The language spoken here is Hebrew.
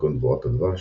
כגון דבורת הדבש,